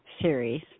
series